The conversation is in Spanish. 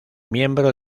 miembro